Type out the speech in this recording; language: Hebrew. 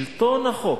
שלטון החוק.